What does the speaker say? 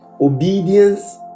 obedience